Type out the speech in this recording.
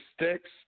sticks